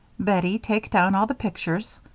bettie, take down all the pictures.